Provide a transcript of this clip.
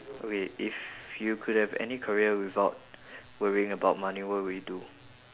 okay if you could have any career without worrying about money what will you do